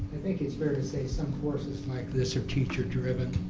think it's fair to say some courses like this are teacher driven.